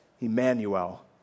Emmanuel